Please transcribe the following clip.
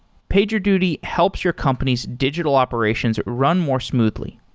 pagerduty helps your company's digital operations run more smoothly.